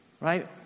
Right